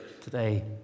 today